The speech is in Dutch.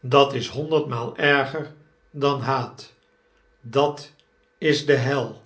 dat is honderdmaal erger dan haat dat is de hel